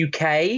UK